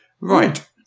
Right